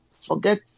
forget